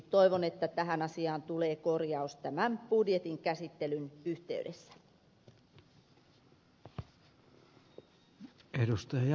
toivon että tähän asiaan tulee korjaus tämän budjetin käsittelyn yhteydessä